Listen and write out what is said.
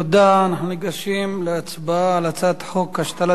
אנחנו ניגשים להצבעה על הצעת חוק השתלת אברים